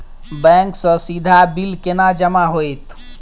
Bank सँ सीधा bill केना जमा होइत?